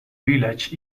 village